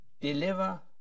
deliver